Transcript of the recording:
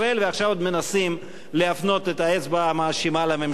ועכשיו עוד מנסים להפנות את האצבע המאשימה לממשלה.